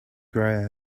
grey